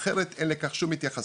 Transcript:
אחרת אין לכך שום התייחסות",